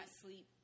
sleep